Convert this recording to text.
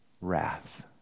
wrath